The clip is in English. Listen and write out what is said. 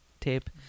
tape